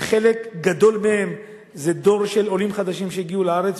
וחלק גדול מהם זה דור של עולים חדשים שהגיעו לארץ.